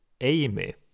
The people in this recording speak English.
Amy